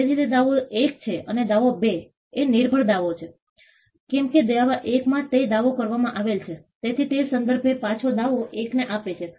આજીવિકાની સલામતી તેઓને લાગે છે કે જ્યારે હું ભૂખ્યો છું ત્યારે હું કોઈ પણ પ્રોજેક્ટમાં ભાગ લઈ શકતો નથી તેથી આજીવિકાની સુરક્ષા મહત્વપૂર્ણ છે